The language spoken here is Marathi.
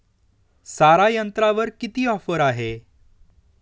सारा यंत्रावर किती ऑफर आहे?